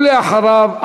ואחריו,